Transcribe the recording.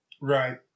Right